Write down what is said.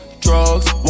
drugs